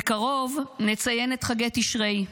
בקרוב נציין את חגי תשרי.